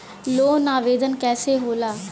Loan आवेदन कैसे होला?